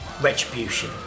retribution